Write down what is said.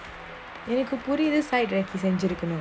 and you could put it aside accidentally cannot